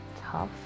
tough